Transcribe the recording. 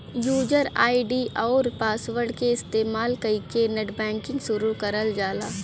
user ID आउर password क इस्तेमाल कइके नेटबैंकिंग शुरू करल जाला